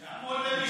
אם.